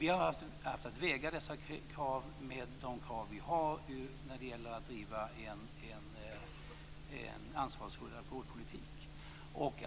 Vi har haft att väga dessa krav mot de krav som vi har för att driva en ansvarsfull alkoholpolitik.